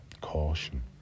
Caution